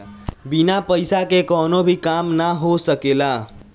बिना पईसा के कवनो भी काम ना हो सकेला